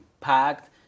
packed